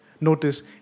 Notice